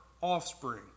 offspring